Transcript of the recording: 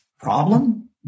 problem